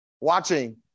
watching